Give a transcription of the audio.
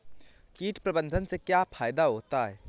कीट प्रबंधन से क्या फायदा होता है?